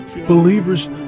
Believers